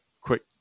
quick